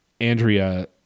Andrea